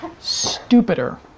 stupider